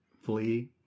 flee